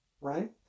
right